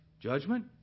judgment